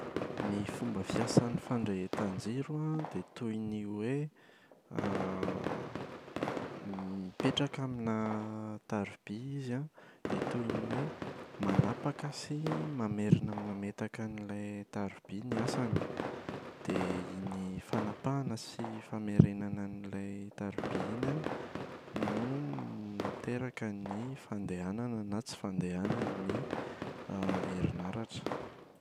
Ny fomba fiasan’ny fandrehetan-jiro an dia toy ny hoe mipetraka aminà taroby izy an dia toy ny hoe manapaka sy mamerina mametaka an’ilay taroby ny asany. Dia iny fanapahana sy famerenana an’ilay taroby iny an no miteraka ny fandehanana na tsy fandehanan’ny herinaratra.